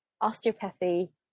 osteopathy